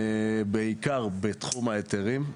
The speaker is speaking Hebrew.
בעיקר בתחום ההיתרים,